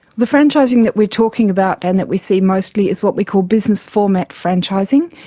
the franchising that we are talking about and that we see mostly is what we call business format franchising.